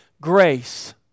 grace